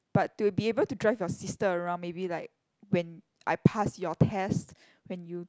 but to be able to drive your sister around maybe like when I pass your test when you